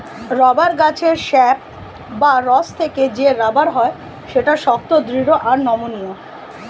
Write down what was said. rubber গাছের sap বা রস থেকে যে রাবার হয় সেটা শক্ত, দৃঢ় আর নমনীয়